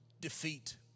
defeat